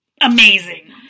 amazing